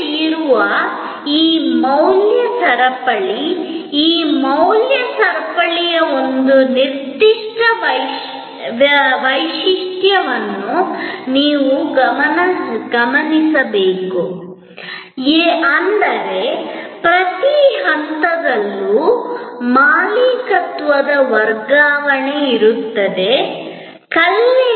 ಗ್ರಾಹಕರು ಆ ಯಂತ್ರ ಭೂಮಿಯ ಚಲಿಸುವ ಯಂತ್ರದ ಬಗ್ಗೆ ನಿಖರವಾಗಿ ಆಸಕ್ತಿ ಹೊಂದಿಲ್ಲ ಎಂದು ಅವರು ಭಾವಿಸಿದ್ದರು ಗ್ರಾಹಕರು ಆ ಯಂತ್ರದಿಂದ ಒದಗಿಸಲಾದ ಪರಿಹಾರದ ಬಗ್ಗೆ ಆಸಕ್ತಿ ಹೊಂದಿದ್ದಾರೆ ಅದು ಕಟ್ಟಡಕ್ಕೆ ಅಡಿಪಾಯವನ್ನು ರಚಿಸಲು ಭೂಮಿಯನ್ನು ದೂರ ಚಲಿಸುತ್ತಿದೆ ಆದ್ದರಿಂದ ಅವರು ಹೊಸ ವ್ಯವಹಾರ ಪ್ರಸ್ತಾಪವನ್ನು ಮಂಡಿಸಿದರು ಯಂತ್ರ ಖರೀದಿಯು ಇನ್ನು ಮುಂದೆ ಅಗತ್ಯವಿಲ್ಲ ಬದಲಿಗೆ ಅಗೆಯುವ ತಯಾರಕ ಭೂ ಚಲಿಸುವ ಯಂತ್ರೋಪಕರಣ ತಯಾರಕರು ಭೂಮಿಯನ್ನು ತೆಗೆಯುವುದು ಪ್ರತಿ ಟನ್ಗೆ ಭೂಮಿಯ ಉತ್ಖನನ ಒಂದು ಗಂಟೆಗೆ ಆಧಾರವಾಗಿ ಪರಿಹಾರವನ್ನು ನೀಡಿದರು ಅಥವಾ ಭೂಮಿಯ ಒಟ್ಟು ಟನ್ ಅಥವಾ ಒಂದು ನಿರ್ದಿಷ್ಟ ಅವಧಿಯಲ್ಲಿ ರಚಿಸಬೇಕಾದ ಅಡಿಪಾಯ ರಚನೆ